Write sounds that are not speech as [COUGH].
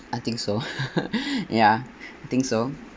I think so [LAUGHS] ya I think so